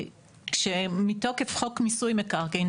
מתוקף חוק מיסוי מקרקעין,